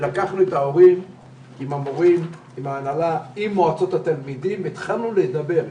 לקחנו את ההורים עם המורים עם ההנהלה עם מועצות התלמידים והתחלנו לדבר,